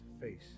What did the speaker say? face